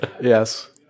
Yes